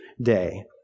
day